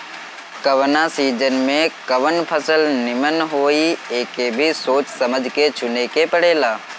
कवना सीजन में कवन फसल निमन होई एके भी सोच समझ के चुने के पड़ेला